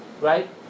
Right